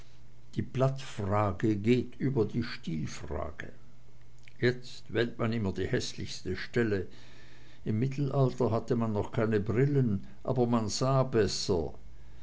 die platzfrage geht über die stilfrage jetzt wählt man immer die häßlichste stelle das mittelalter hatte noch keine brillen aber man sah besser